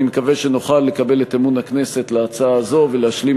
אני מקווה שנוכל לקבל את אמון הכנסת להצעה הזאת ולהשלים